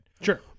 Sure